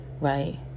right